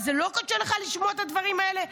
זה לא קשה לך לשמוע את הדברים האלה?